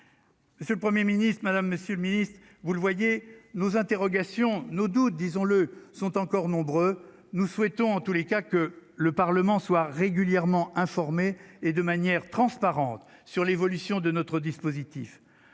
Monsieur le 1er Ministre Madame Monsieur le Ministre, vous le voyez, nos interrogations, nos doutes, disons-le, sont encore nombreux, nous souhaitons en tous les cas que le Parlement soit régulièrement informée et de manière transparente sur l'évolution de notre dispositif,